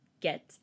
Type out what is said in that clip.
Get